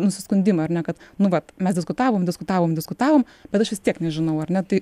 nusiskundimą ar ne kad nu vat mes diskutavom diskutavom diskutavom bet aš vis tiek nežinau ar ne tai